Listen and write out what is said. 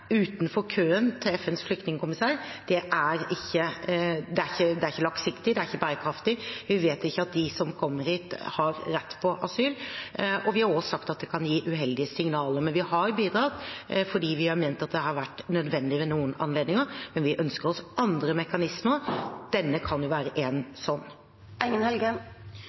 utenfor køen til FNs flyktningkommissær er ikke langsiktig, det er ikke bærekraftig. Vi vet ikke at de som kommer hit, har rett til asyl, og vi har også sagt at det kan gi uheldige signaler. Vi har bidratt fordi vi har ment at det har vært nødvendig ved noen anledninger, men vi ønsker oss andre mekanismer. Denne kan være en